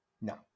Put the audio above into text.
No